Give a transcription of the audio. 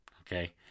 Okay